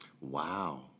Wow